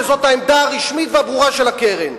וזאת העמדה הרשמית והברורה של הקרן.